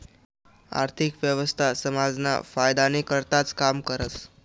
आर्थिक व्यवस्था समाजना फायदानी करताच काम करस